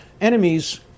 enemies